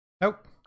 Nope